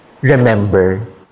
remember